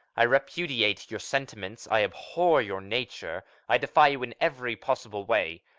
i repudiate your sentiments. i abhor your nature. i defy you in every possible way.